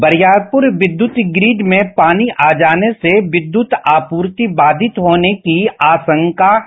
बरियारपुर विद्यूत प्रिड में पानी आ जाने से विद्यूत आपूर्ति बाथित होने की आरांका है